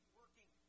working